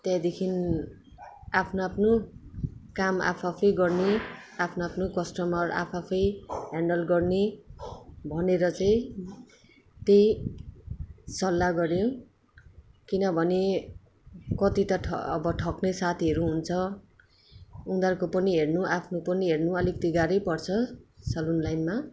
त्यहाँदेखि आफ्नो आफ्नो काम आफ आफै गर्ने आफ्नो आफ्नो कस्टमर आफ आफै ह्यान्डल गर्ने भनेर चाहिँ त्यही सल्लाह गऱ्यो किनभने कति त ठग अब ठग्ने साथीहरू हुन्छ उनीहरूको पनि हेर्नु आफ्नो पनि हेर्नु अलिकति गाह्रै पर्छ सलुन लाइनमा